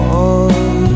on